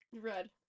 Red